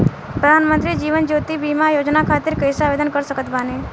प्रधानमंत्री जीवन ज्योति बीमा योजना खातिर कैसे आवेदन कर सकत बानी?